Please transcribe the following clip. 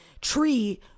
tree